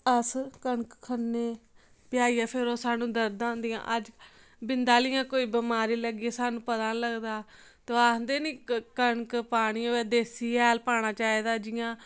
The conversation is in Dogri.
अस कनक खन्ने पिहाइयै फिर ओह् असें गी दर्दां होंदियां अज्ज बिंद आहलियां कोई बमारी लगी जा सानूं पता निं लगदा ते ओह् आखदे निं कनक पानी होऐ देसी हैल पाना चाहिदा